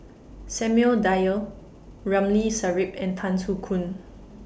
Samuel Dyer Ramli Sarip and Tan Soo Khoon